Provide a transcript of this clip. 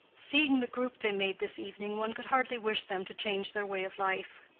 seeing the group they made this evening, one could hardly wish them to change their way of life.